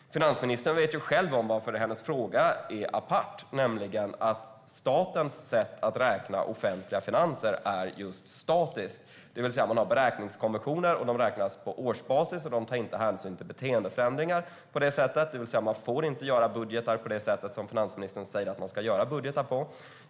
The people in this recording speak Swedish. Finansministern vet ju själv varför hennes fråga är apart, nämligen att statens sätt att räkna offentliga finanser är just statiskt. Det vill säga, man har beräkningskonventioner, de räknas på årsbasis och de tar inte hänsyn till beteendeförändringar på det sättet. Det vill säga, man får inte göra budgetar på det sätt som finansministern säger att man ska göra budgetar på.